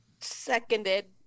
Seconded